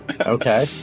Okay